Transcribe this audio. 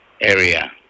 area